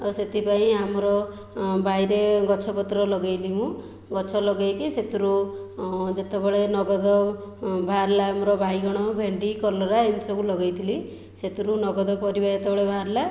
ତ ସେଥିପାଇଁ ଆମର ବାଇରେ ଗଛପତ୍ର ଲଗାଇଲି ମୁଁ ଗଛ ଲଗାଇକି ସେଥିରୁ ଯେତେବେଳେ ନଗଦ ବାହାରିଲା ଆମର ବାଇଗଣ ଭେଣ୍ଡି କଲରା ଏମିତି ସବୁ ଲଗାଇଥିଲି ସେଥିରୁ ନଗଦ ପରିବା ଯେତେବେଳେ ବାହାରିଲା